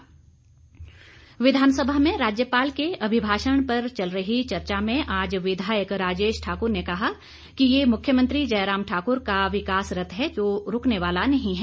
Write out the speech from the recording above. चर्चा विधानसभा में राज्यपाल के अभिभाषण पर चल रही चर्चा में आज विधायक राजेश ठाकुर ने कहा कि यह मुख्यमंत्री जयराम ठाकुर का विकास रथ है जो रूकने वाला नहीं है